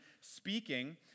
speaking